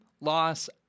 loss